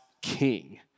king